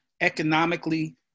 economically